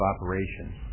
Operations